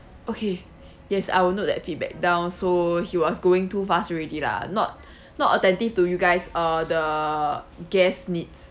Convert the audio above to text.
okay yes I will note that feedback down so he was going too fast already lah not not attentive to you guys uh the guests' needs